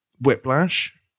Whiplash